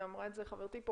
ואמרה פה חברתי,